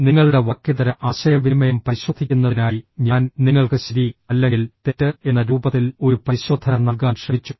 നിങ്ങളുടെ വാക്കേതര ആശയവിനിമയം പരിശോധിക്കുന്നതിനായി ഞാൻ നിങ്ങൾക്ക് ശരി അല്ലെങ്കിൽ തെറ്റ് എന്ന രൂപത്തിൽ ഒരു പരിശോധന നൽകാൻ ശ്രമിച്ചു